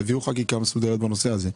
תביאו חקיקה מסודרת בנושא הזה.